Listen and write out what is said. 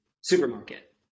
supermarket